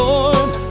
Lord